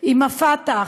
עם הפתח.